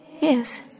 Yes